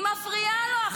היא מפריעה לו,